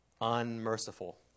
unmerciful